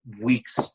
weeks